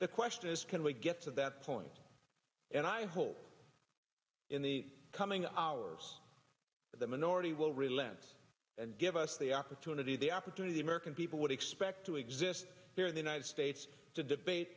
the question is can we get to that point and i hope in the coming hours the minority will relent and give us the opportunity the opportunity american people would expect to exist here in the united states to de